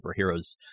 superheroes